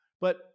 but-